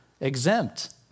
exempt